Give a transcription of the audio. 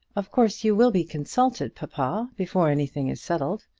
of course you will be consulted, papa, before anything is settled.